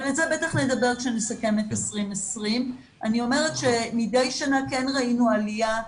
אבל על זה בטח נדבר כשנסכם את 2020. אני אומרת שמדי שנה כן ראינו עלייה,